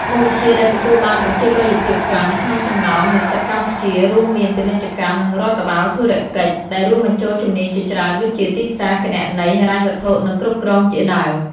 មុខវិជ្ជាដែលទទួលបានប្រជាប្រិយភាពខ្លាំងក្នុងចំណោមនិស្សិតកម្ពុជា រួមមាន ពាណិជ្ជកម្ម និងរដ្ឋបាលធុរកិច្ច ដែលរួមបញ្ចូលជំនាញជាច្រើនដូចជា ទីផ្សារ គណនេយ្យ ហិរញ្ញវត្ថុ និងគ្រប់គ្រងជាដើម។